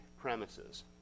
premises